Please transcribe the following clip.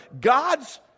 God's